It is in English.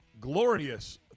glorious